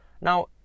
Now